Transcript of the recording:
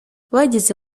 bageze